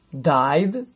died